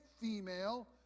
female